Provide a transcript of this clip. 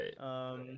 Right